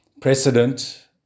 precedent